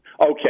okay